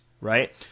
right